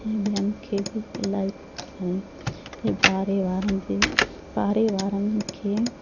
ऐं ॿियनि खे बि इलाही पियो वणे पाड़े वारनि जे पाड़े वारनि खे